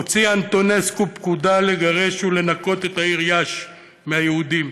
הוציא אנטונסקו פקודה לגרש ולנקות את העיר יאש מהיהודים,